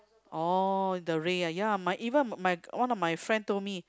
oh the ray ah ya my even my one of my friend told me